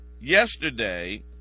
Yesterday